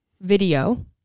video